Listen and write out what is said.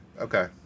Okay